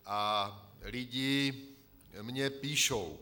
A lidi mně píšou.